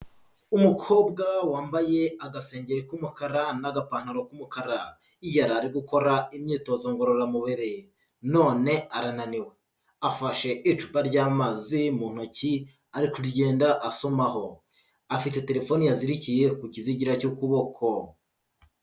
Umukobwa wambaye agasengeri k'umukara n'agapantaro k'umukara, yari ari gukora imyitozo ngororamubiri none arananiwe, afashe icupa ry'amazi mu ntoki ari kugenda asomaho, afite telefone yazirikiye ku kizigira cy'ukuboko.